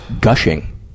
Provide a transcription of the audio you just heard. gushing